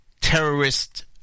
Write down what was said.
terrorist